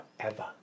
Forever